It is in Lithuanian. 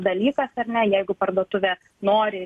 dalykas ar ne jeigu parduotuvės nori